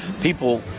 People